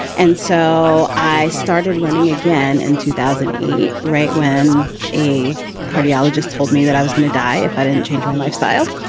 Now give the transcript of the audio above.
and so i started running again in two thousand and eight, right, when a cardiologist told me that i was going to die if i didn't change my lifestyle.